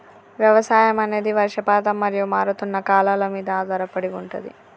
వ్యవసాయం అనేది వర్షపాతం మరియు మారుతున్న కాలాల మీద ఆధారపడి ఉంటది